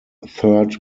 third